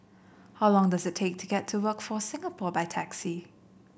how long does it take to get to Workforce Singapore by taxi